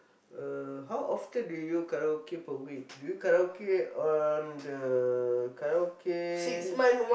uh how often do you karaoke per week do you karaoke on the karaoke